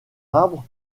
arbres